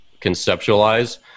conceptualize